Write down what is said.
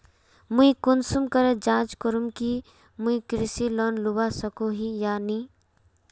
मुई कुंसम करे जाँच करूम की मुई कृषि लोन लुबा सकोहो ही या नी?